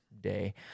day